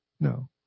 No